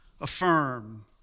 affirm